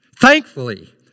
thankfully